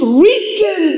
written